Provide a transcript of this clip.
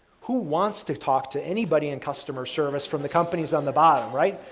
who wants to talk to anybody in customer service from the companies on the bottom, right?